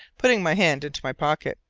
putting my hand into my pocket.